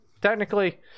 technically